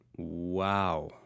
Wow